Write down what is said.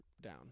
down